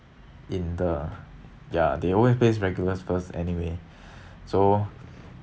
in the ya they always place regulars first anyway so